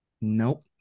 nope